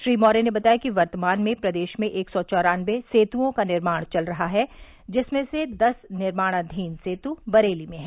श्री मौर्य ने बताया कि वर्तमान में प्रदेश में एक सौ चौरानवे सेतुओं का निर्माण चल रहा है जिसमें से दस निर्माणाधीन सेतु बरेली में हैं